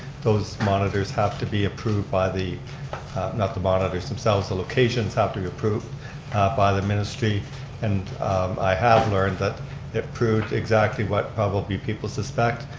those monitors have to be approved by, the not the monitors themselves, the locations have to approve by the ministry and i have learned that it proved exactly what probably people suspect.